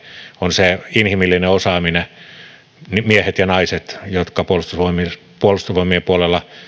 on se inhimillinen osaaminen ne miehet ja naiset jotka puolustusvoimien puolustusvoimien puolella